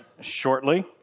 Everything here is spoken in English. shortly